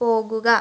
പോകുക